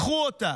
קחו אותה.